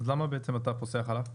אז למה אתה פוסח עליו?